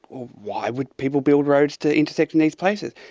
why would people build roads to intersect in these places?